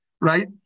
right